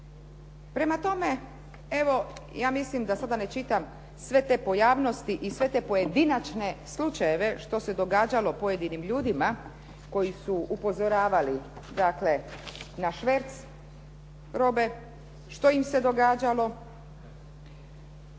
Prema tome, evo ja mislim da sada ne čitam sve te pojavnosti i sve te pojedinačne slučajeve što se događalo pojedinim ljudima koji su upozoravali dakle na šverc robe, što im se događalo,